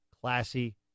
classy